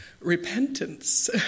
repentance